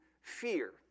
fear